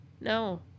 No